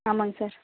ஆமாம்ங்க சார்